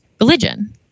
religion